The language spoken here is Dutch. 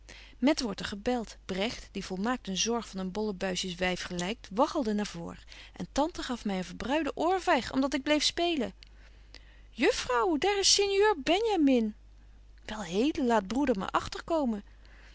met wordt er gebelt bregt die volmaakt een zog van een bollebuisjeswyf gelykt waggelde naar voor en tante gaf my een verbruide oorvyg om dat ik bleef spelen jufbetje wolff en aagje deken historie van mejuffrouw sara burgerhart frouw daar is sinjeur benjamin wel hede laat broeder maar agter komen